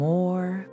more